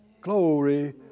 Glory